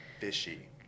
Fishy